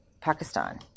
Pakistan